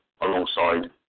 alongside